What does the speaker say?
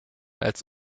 als